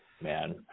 man